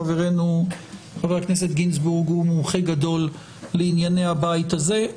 חברינו חבר הכנסת גינזבורג מומחה גדול לענייני הבית הזה.